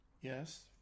Yes